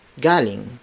Galing